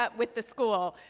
ah with the school.